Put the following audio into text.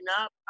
up